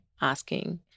asking